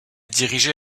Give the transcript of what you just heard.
dirigé